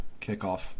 kickoff